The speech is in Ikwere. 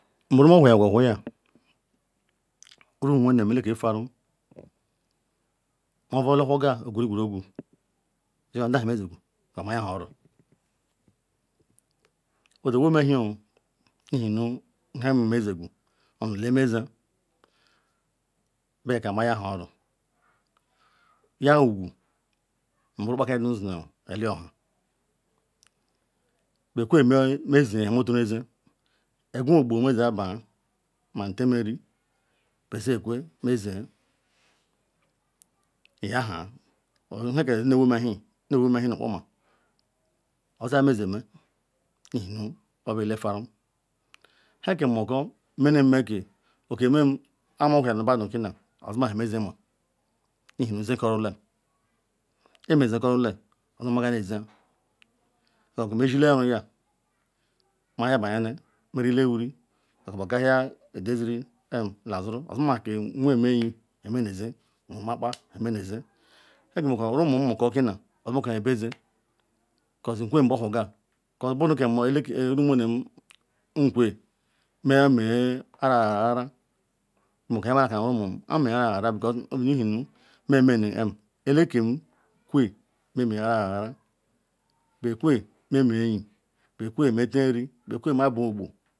Nburu muhuhiaguohuhia rumwenem ueke furum me jikwa nda nha me jiqu nzwa ma yaha oro osi-owen-ewhioo ihe nu nham meziqu onulee mezan beka nnayaha oro oyawuqu brum kpakari riyi nzi nu elioha, bekwe ma zie nhe mechoru azi, egwa ogbo me jiabaa manten eri bezi kwe meziee nyaha nhe ke sinu oweme-ewhi owen nu nkpoma oza nhe mezi eme ihe nu obu ele tarum nhekamako menemeko yeme kpa me huraru nu madu owen nha mezima, ihenu ezikorulam ke mezikorula nchogema kole nezia, okubu mezile eru ya meyabula me rile wuri okobu ogaya owo-edeziri yada heru obu ba ke nwen enyi menezi mobu akpa menezi nhe ke meko rumo mako kita owen mako nhe bezi because nkwe behuga because budu kam omuwene nkwe muna mea qhara gharaghara bumako nhe menakamakonu onu ame ghara gharaghara bekwe me meanyi bekwe me teeri bekwe me vaogbo